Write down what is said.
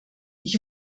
ich